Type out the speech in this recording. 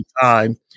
time